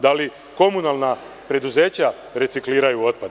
Da li komunalna preduzeća recikliraju otpad?